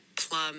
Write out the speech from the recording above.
plum